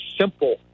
simple